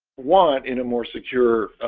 want in a more secure?